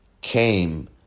came